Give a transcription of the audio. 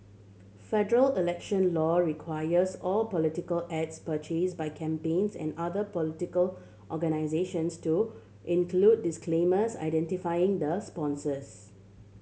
Federal election law requires all political ads purchased by campaigns and other political organisations to include disclaimers identifying the sponsors